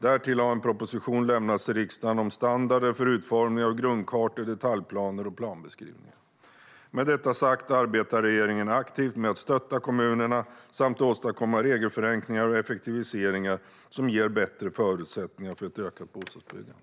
Därtill har en proposition lämnats till riksdagen om standarder för utformning av grundkartor, detaljplaner och planbeskrivningar. Med detta sagt arbetar regeringen aktivt med att stötta kommunerna samt åstadkomma regelförenklingar och effektiviseringar som ger bättre förutsättningar för ett ökat bostadsbyggande.